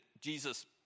Jesus